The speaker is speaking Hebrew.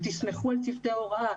תסמכו על צוותי ההוראה,